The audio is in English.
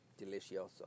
delicioso